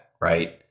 right